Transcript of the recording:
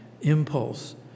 impulse